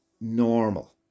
normal